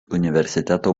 universiteto